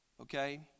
Okay